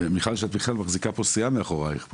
מיכל, את בכלל מחזיקה סיעה מאחורייך פה.